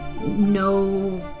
no